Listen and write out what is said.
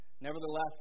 Nevertheless